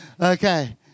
Okay